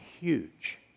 huge